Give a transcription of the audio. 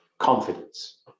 Confidence